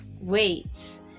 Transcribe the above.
weights